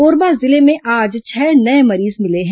कोरबा जिले में आज छह नये मरीज मिले हैं